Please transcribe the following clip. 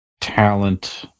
talent